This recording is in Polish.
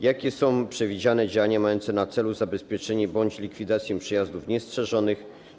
Jakie są przewidziane działania mające na celu zabezpieczenie bądź likwidację przejazdów niestrzeżonych?